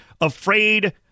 afraid